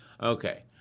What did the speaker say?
Okay